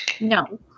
No